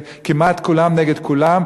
כמעט כולם נגד כולם,